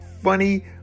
funny